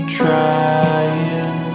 trying